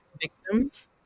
victims